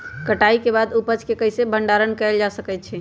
कटाई के बाद उपज के कईसे भंडारण कएल जा सकई छी?